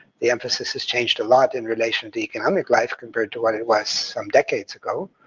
the emphasis has changed a lot in relation to economic life compared to what it was some decades ago,